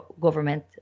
government